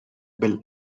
bill